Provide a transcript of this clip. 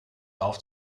auf